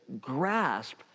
grasp